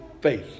faith